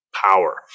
power